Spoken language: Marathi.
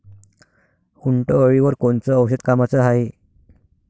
उंटअळीवर कोनचं औषध कामाचं हाये?